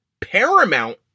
Paramount